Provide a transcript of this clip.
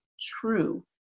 true